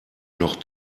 noch